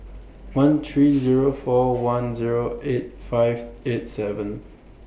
one three Zero four one Zero eight five eight seven